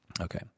Okay